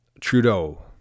Trudeau